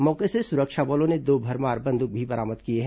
मौके से सुरक्षा बलों ने दो भरमार बंदूक बरामद किए हैं